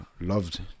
loved